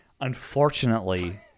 Unfortunately